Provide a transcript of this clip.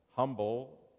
humble